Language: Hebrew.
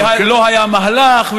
שלא היה מהלך,